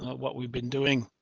what we've been doing.